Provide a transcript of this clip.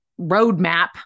roadmap